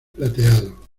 plateado